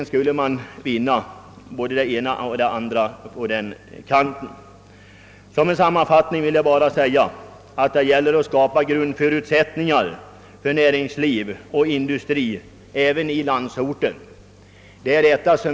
Som en sammanfattning vill jag säga att det gäller att skapa grundförutsättningar för näringsliv och industri även i landsorten.